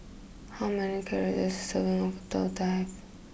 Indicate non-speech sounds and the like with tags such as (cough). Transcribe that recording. how many calories a serving of (unintelligible) have